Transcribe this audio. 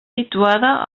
situada